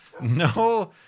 No